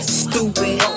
stupid